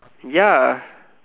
ya